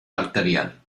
arterial